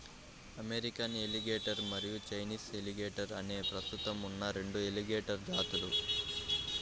American alligator మరియు Chinese alligator అనేవి ప్రస్తుతం ఉన్న రెండు ఎలిగేటర్ జాతులు